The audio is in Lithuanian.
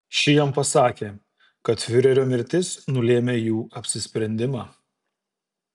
ši jam pasakė kad fiurerio mirtis nulėmė jų apsisprendimą